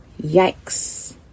yikes